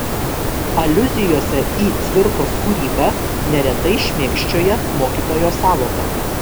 aliuzijose į cvirkos kūrybą neretai šmėkščioja mokytojo sąvoka